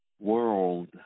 world